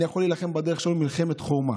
אני יכול להילחם בדרך שלו מלחמת חורמה,